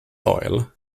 oil